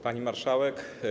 Pani Marszałek!